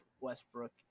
Westbrook